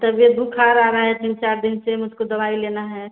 तबियत बुखार आ रहा है तीन चार दिन से मुझको दवाई लेना है